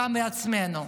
גם מעצמנו.